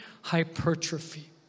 hypertrophy